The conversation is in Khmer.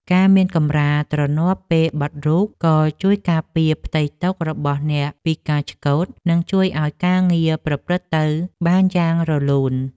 ការមានកម្រាលទ្រនាប់ពេលបត់រូប ក៏ជួយការពារផ្ទៃតុរបស់អ្នកពីការឆ្កូត និងជួយឱ្យការងារប្រព្រឹត្តទៅបានយ៉ាងរលូន។